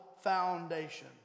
foundation